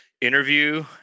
interview